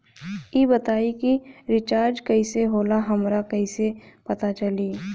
ई बताई कि रिचार्ज कइसे होला हमरा कइसे पता चली?